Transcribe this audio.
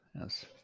Yes